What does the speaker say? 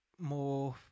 more